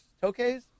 Toques